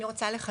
אני רוצה לחדד.